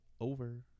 Over